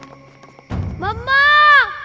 mama,